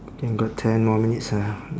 K got ten more minutes ah